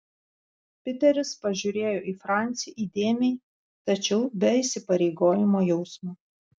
piteris pažiūrėjo į francį įdėmiai tačiau be įsipareigojimo jausmo